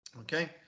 Okay